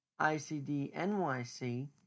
ICDNYC